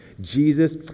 jesus